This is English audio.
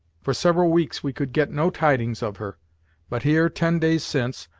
for several weeks we could get no tidings of her but here, ten days since,